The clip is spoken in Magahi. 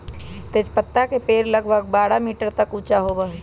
तेजपत्ता के पेड़ लगभग बारह मीटर तक ऊंचा होबा हई